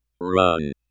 run